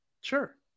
Sure